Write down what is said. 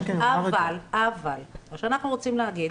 אבל מה שאנחנו רוצים להגיד,